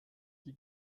die